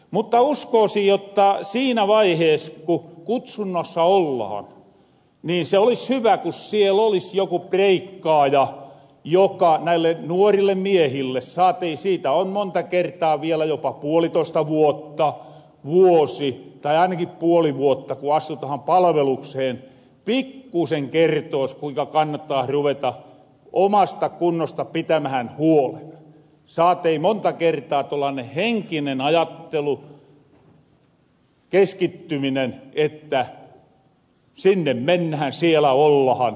mutta uskoosin jotta siinä vaihees ku kutsunnossa ollahan niin se olis hyvä ku siel olis joku preikkaaja joka näille nuorille miehille saatei siitä on monta kertaa vielä jopa puolitoista vuotta vuosi tai ainakin puoli vuotta ku astutahan palaveluksehen pikkuusen kertoos kuinka kannattaas ruveta omasta kunnosta pitämähän huolen saatei monta kertaa tollanen henkinen ajattelu keskittyminen että sinne mennähän siellä ollahan